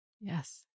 Yes